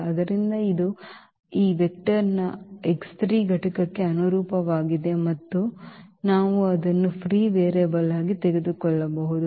ಆದ್ದರಿಂದ ಇದು ಈ ವೆಕ್ಟರ್ನ ಈ ಘಟಕಕ್ಕೆ ಅನುರೂಪವಾಗಿದೆ ಮತ್ತು ನಾವು ಅದನ್ನು ಫ್ರೀ ವೇರಿಯಬಲ್ ಆಗಿ ತೆಗೆದುಕೊಳ್ಳಬಹುದು